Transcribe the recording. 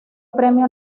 premio